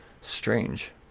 Strange